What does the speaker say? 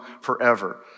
forever